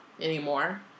anymore